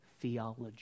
theology